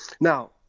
Now